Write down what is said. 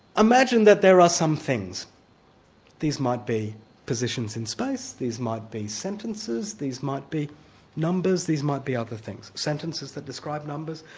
imagine that there are some things these might be positions in space, these might be sentences, these might be numbers these might be other things sentences that describe numbers.